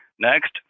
Next